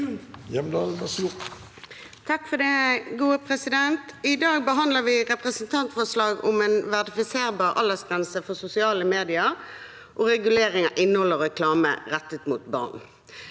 (ordfører for saken): I dag behandler vi et representantforslag om en verifiserbar aldersgrense for sosiale medier og regulering av innhold og reklame rettet mot barn.